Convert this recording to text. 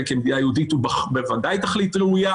כמדינה יהודית הוא בוודאי תכלית ראויה.